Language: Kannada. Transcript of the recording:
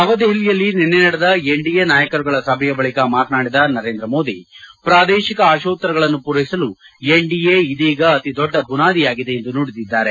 ನವದೆಹಲಿಯಲ್ಲಿ ನಿನ್ನೆ ನಡೆದ ಎನ್ಡಿಎ ನಾಯಕರುಗಳ ಸಭೆಯ ಬಳಿಕ ಮಾತನಾಡಿದ ನರೇಂದ್ರ ಮೋದಿ ಪ್ರಾದೇಶಿಕ ಆಶೋತ್ತರಗಳನ್ನು ಪೂರೈಸಲು ಎನ್ಡಿಎ ಇದೀಗ ಅತಿದೊಡ್ಡ ಬುನಾದಿಯಾಗಿದೆ ಎಂದು ನುಡಿದಿದ್ದಾರೆ